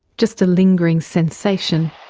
just a lingering sensation,